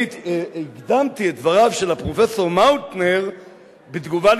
אני הקדמתי בדבריו של הפרופסור מאוטנר בתגובה על